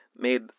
made